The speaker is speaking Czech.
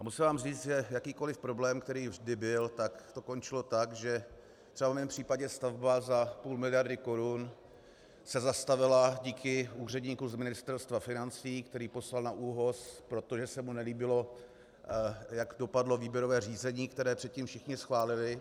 Musím vám říct, že jakýkoliv problém, který vždy byl, tak končil tak, že třeba v mém případě stavba za půl miliardy korun se zastavila díky úředníkovi z Ministerstva financí, který poslal na ÚOHS, protože se mu nelíbilo, jak dopadlo výběrové řízení, které předtím všichni schválili.